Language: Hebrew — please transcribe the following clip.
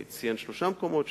הוא ציין שלושה מקומות.